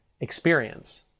experience